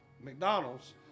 McDonald's